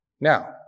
Now